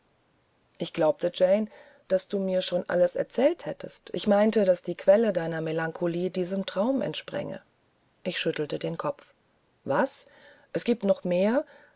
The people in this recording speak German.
ich glaubte jane daß du mir schon alles erzählt hättest ich meinte daß die quelle deiner melancholie diesem traume entspränge ich schüttelte den kopf was giebt es noch mehr